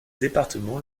département